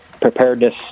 preparedness